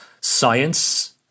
science